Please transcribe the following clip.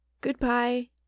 Goodbye